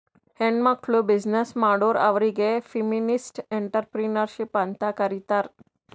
ಹೆಣ್ಮಕ್ಕುಳ್ ಬಿಸಿನ್ನೆಸ್ ಮಾಡುರ್ ಅವ್ರಿಗ ಫೆಮಿನಿಸ್ಟ್ ಎಂಟ್ರರ್ಪ್ರಿನರ್ಶಿಪ್ ಅಂತ್ ಕರೀತಾರ್